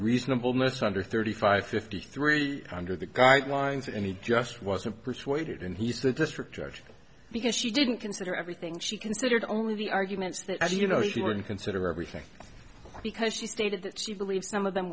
reasonable miss under thirty five fifty three under the guidelines and he just wasn't persuaded and he is the district judge because she didn't consider everything she considered only the arguments that as you know she didn't consider everything because she stated that she believed some of them